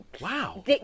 wow